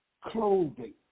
clothing